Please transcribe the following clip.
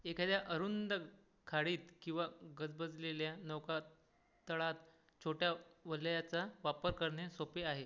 एखाद्या अरुंद खाडीत किंवा गजबजलेल्या नौकातळात छोट्या वल्हयाचा वापर करणे सोपे आहे